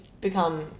become